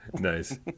Nice